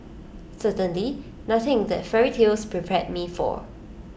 certainly nothing that fairy tales prepared me for